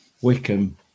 Wickham